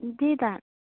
त्यही त